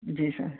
जी sir